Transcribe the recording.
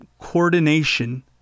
coordination